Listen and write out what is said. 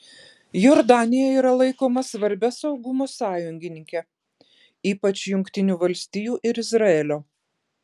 jordanija yra laikoma svarbia saugumo sąjungininke ypač jungtinių valstijų ir izraelio